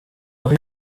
aho